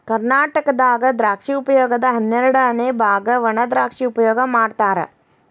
ಕರ್ನಾಟಕದಾಗ ದ್ರಾಕ್ಷಿ ಉಪಯೋಗದ ಹನ್ನೆರಡಅನೆ ಬಾಗ ವಣಾದ್ರಾಕ್ಷಿ ಉಪಯೋಗ ಮಾಡತಾರ